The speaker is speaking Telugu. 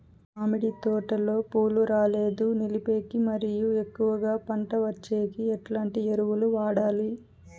మామిడి తోటలో పూలు రాలేదు నిలిపేకి మరియు ఎక్కువగా పంట వచ్చేకి ఎట్లాంటి ఎరువులు వాడాలి?